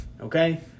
okay